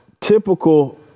typical